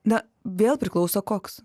na vėl priklauso koks